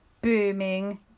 booming